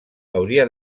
hauria